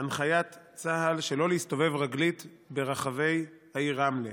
הנחיית צה"ל שלא להסתובב רגלית ברחבי העיר רמלה.